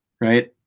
right